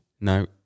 No